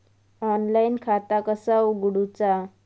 Online खाता कसा उगडूचा?